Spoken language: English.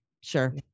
sure